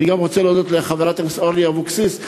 אני גם רוצה להודות לחברת הכנסת אורלי אבקסיס,